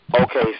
Okay